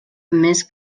més